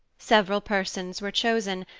several persons were chosen,